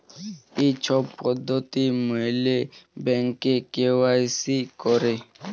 ই ছব পদ্ধতি ম্যাইলে ব্যাংকে কে.ওয়াই.সি ক্যরে